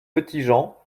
petitjean